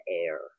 air